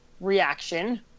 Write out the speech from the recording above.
reaction